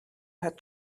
had